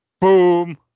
Boom